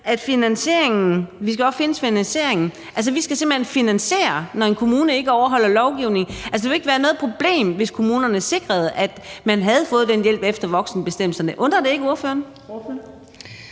skal findes? Vi skal simpelt hen finansiere det, når en kommune ikke overholder lovgivningen. Det ville jo ikke være noget problem, hvis kommunerne sikrede, at man havde fået den hjælp efter voksenbestemmelserne. Undrer det ikke ordføreren?